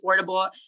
affordable